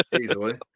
Easily